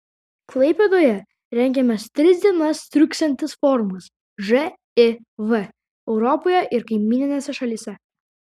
klaipėdoje rengiamas tris dienas truksiantis forumas živ europoje ir kaimyninėse šalyse